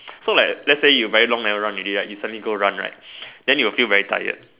so like let's say you very long never run already right then recently you go run you will feel very tired